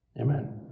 Amen